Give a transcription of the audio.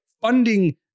funding